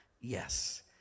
yes